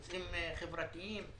נושאים חברתיים,